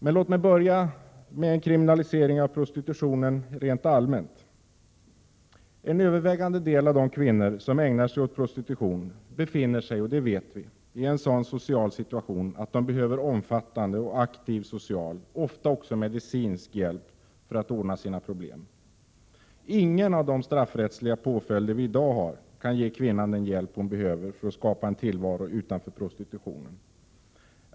Men låt mig börja med frågan om en kriminalisering av prostitution rent allmänt. En övervägande del av de kvinnor som ägnar sig åt prostitution befinner sig — det vet vi — i en sådan social situation att de behöver omfattande och aktiv social, ofta också medicinsk, hjälp för att komma ifrån sina problem. Ingen av de straffrättsliga påföljder vi i dag har kan ge kvinnan den hjälp hon behöver för att skapa en tillvaro utanför prostitutionen.